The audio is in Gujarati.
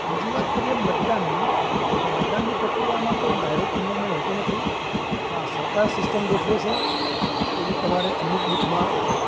બીજી વાત કરીએ મતદાનની તો મતદાનની પ્રક્રિયામાં તો ડાઈરેક્ટ ઇન્વૉલ્વમેન્ટ હોતું નથી હા સરકાર સિસ્ટમ ગોઠવે છે કે ભઈ તમારે અમુક બૂથમાં